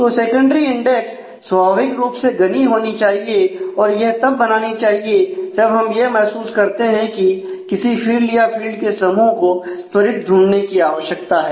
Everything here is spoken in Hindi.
तो सेकेंडरी इंडेक्स स्वाभाविक रूप से घनी होनी चाहिए और यह तब बनानी चाहिए जब हम यह महसूस करते हैं कि किसी फील्ड या फील्ड के समूह को त्वरित ढूंढने की आवश्यकता है